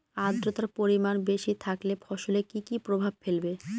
আদ্রর্তার পরিমান বেশি থাকলে ফসলে কি কি প্রভাব ফেলবে?